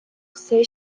все